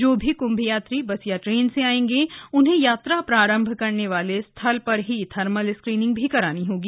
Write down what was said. जो भी कृम्भ यात्री बस या ट्रेन से आयेंगे उन्हें यात्रा प्रारम्भ करने वाले स्थल पर थर्मल स्क्रीनिंग करानी होगी